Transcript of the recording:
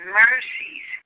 mercies